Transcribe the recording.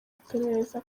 iperereza